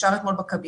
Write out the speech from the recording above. אושרה אתמול בקבינט,